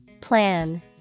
Plan